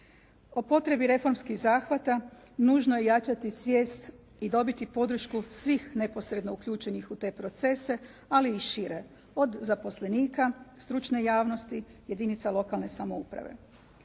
O potrebi reformskih zahvata nužno je jačati svijest i dobiti podršku svih neposredno uključenih u te procese ali i šire, od zaposlenika, stručne javnosti, jedinica lokalne samouprave.